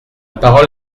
parole